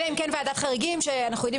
אלא אם כן ועדת חריגים שאנחנו יודעים